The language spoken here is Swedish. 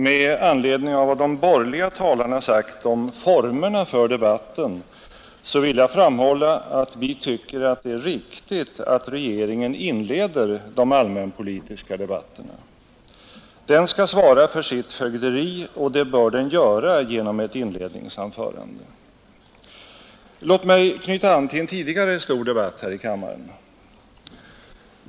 Med anledning av vad de borgerliga talarna sagt om formerna av denna debatt vill jag framhålla, att vi tycker att det är riktigt att regeringen inleder de allmänpolitiska debatterna. Regeringen skall svara för sitt fögderi och det bör den göra genom ett inledningsanförande.